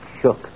Shook